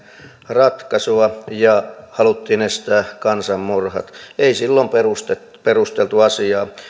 ratkaisua ja haluttiin estää kansanmurhat ei silloin perusteltu asiaa